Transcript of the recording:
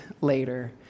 later